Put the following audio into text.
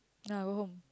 nah I go home